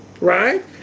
right